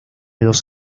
dos